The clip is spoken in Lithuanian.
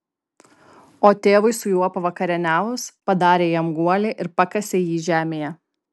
o tėvui su juo pavakarieniavus padarė jam guolį ir pakasė jį žemėje